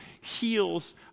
heals